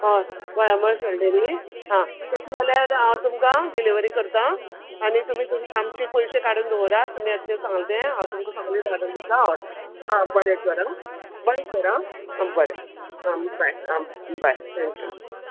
हॉय मुळामळ शेलडें न्ही आं तशें जाल्यार हांव तुमकां डिलेवरी करता आनी तुमी तुमी आमची पयशे काडून दोवरात तुमी एत्ते सांगल् ते हांव तुमकां सगले धाडून दिता ऑय आ बरें तर आ बरें तर आ बरें आ बाय आ बाय थँक्यू